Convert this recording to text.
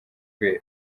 rweru